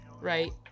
right